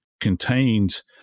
contains